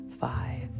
five